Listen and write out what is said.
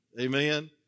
Amen